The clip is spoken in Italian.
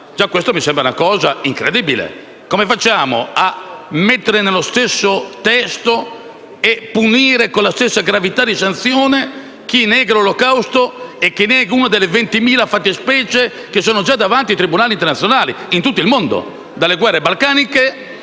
persona, mi sembra incredibile. Come facciamo a mettere nello stesso testo e punire con la stessa gravità di sanzione chi nega l'olocausto e chi nega una delle 20.000 fattispecie che sono già dinanzi ai tribunali internazionali in tutto il mondo, dalle guerre balcaniche